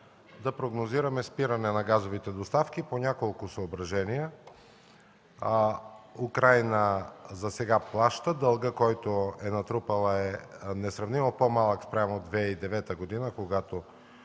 да прогнозираме спиране на газовите доставки по няколко съображения. Украйна засега плаща. Дългът, който е натрупала, е несравнимо по-малък спрямо 2009 г., когато